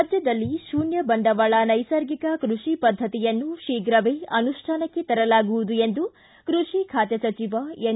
ರಾಜ್ಯದಲ್ಲಿ ಶೂನ್ತ ಬಂಡವಾಳ ನೈಸರ್ಗಿಕ ಕೃಷಿ ಪದ್ದತಿಯನ್ನು ಶೀಘವೇ ಅನುಷ್ಠಾನಕ್ಕೆ ತರಲಾಗುವುದು ಎಂದು ಕೃಷಿ ಖಾತೆ ಸಚಿವ ಎನ್